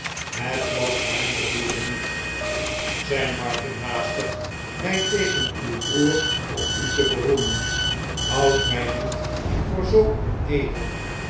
het was mijn bedoeling niet zei martin haastig mij tegen uw broer op u te beroepen houd mij niet voor zoo onedel